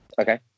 Okay